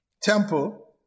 temple